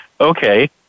Okay